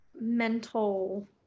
mental